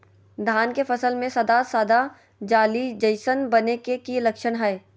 धान के फसल में सादा सादा जाली जईसन बने के कि लक्षण हय?